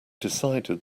decided